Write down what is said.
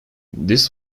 this